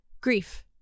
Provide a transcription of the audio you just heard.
Grief